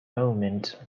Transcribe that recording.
moment